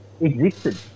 existed